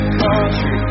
country